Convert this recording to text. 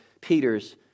Peter's